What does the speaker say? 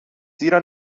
زیرا